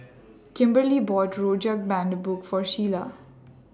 Kimberlie bought Rojak Bandung For Sheila